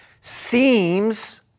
seems